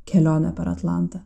kelionė per atlantą